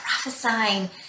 prophesying